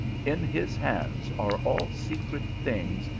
in his hands are all secret things,